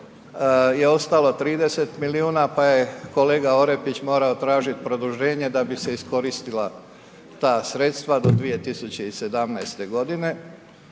je ostalo 30 milijuna pa je kolega Orepić morao tražiti produženje da bi se iskoristila ta sredstva do 2017. godine,